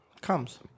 Comes